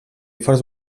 forts